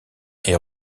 est